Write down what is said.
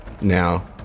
now